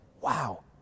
Wow